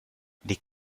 les